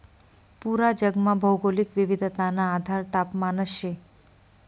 पूरा जगमा भौगोलिक विविधताना आधार तापमानच शे